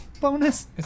bonus